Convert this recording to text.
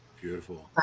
Beautiful